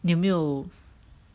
你有没有